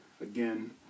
again